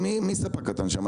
אני רוצה לדעת מי ספק קטן שם,